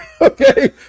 okay